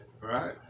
right